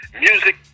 Music